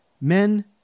Men